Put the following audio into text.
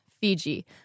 Fiji